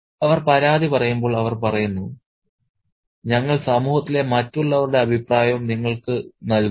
അവർ പരാതി പറയുമ്പോൾ അവർ പറയുന്നു ഞങ്ങൾ സമൂഹത്തിലെ മറ്റുള്ളവരുടെ അഭിപ്രായവും നിങ്ങൾക്ക് നൽകുന്നു